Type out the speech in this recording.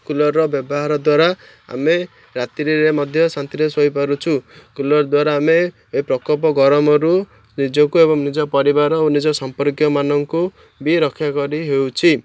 କୁଲର୍ର ବ୍ୟବହାର ଦ୍ୱାରା ଆମେ ରାତ୍ରିରେ ମଧ୍ୟ ଶାନ୍ତିରେ ଶୋଇପାରୁଛୁ କୁଲର୍ ଦ୍ୱାରା ଆମେ ଏ ପ୍ରକୋ୍ପ ଗରମରୁ ନିଜକୁ ଏବଂ ନିଜ ପରିବାର ଓ ନିଜ ସମ୍ପର୍କୀୟମାନଙ୍କୁ ବି ରକ୍ଷା କରି ହେଉଛି